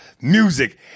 music